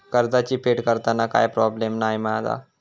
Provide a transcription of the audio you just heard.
कर्जाची फेड करताना काय प्रोब्लेम नाय मा जा?